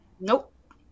nope